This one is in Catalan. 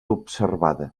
observada